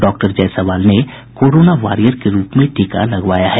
doctor Jaiswal ने corona warrior के रूप में टीका लगवाया है